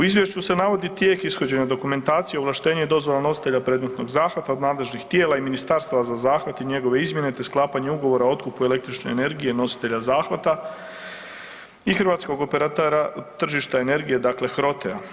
U izvješću se navodi tijek ishođenja dokumentacije, ovlaštenja i dozvola nositelja predmetnog zahvata od nadležnih tijela i ministarstava za zahvat i njegove izmjene te sklapanje ugovora o otkupu električne energije nositelja zahvata i Hrvatskog operatera tržišta energije dakle HROTE-a.